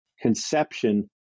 conception